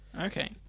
Okay